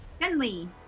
Henley